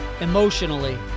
emotionally